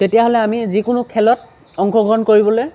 তেতিয়াহ'লে আমি যিকোনো খেলত অংশগ্ৰহণ কৰিবলৈ